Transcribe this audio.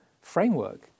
framework